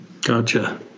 Gotcha